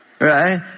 right